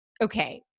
okay